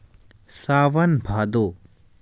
सावन भादो